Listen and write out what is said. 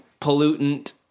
pollutant